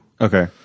Okay